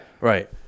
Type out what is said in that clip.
right